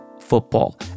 football